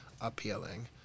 appealing